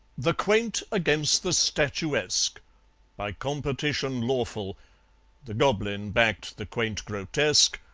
the quaint against the statuesque by competition lawful the goblin backed the quaint grotesque,